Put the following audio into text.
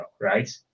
right